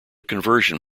conversion